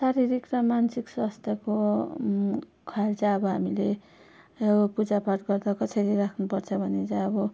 शारीरिक र मानसिक स्वास्थ्यको ख्याल चाहिँ अब हामीले यो पूजापाठ गर्दा कसरी राख्नुपर्छ भने चाहिँ अब